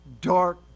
dark